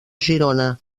girona